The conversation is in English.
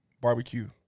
Barbecue